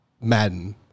Madden